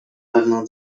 pewną